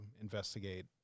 investigate